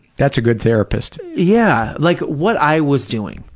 that's a good therapist. yeah. like, what i was doing,